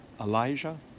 Elijah